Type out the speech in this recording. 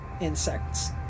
Insects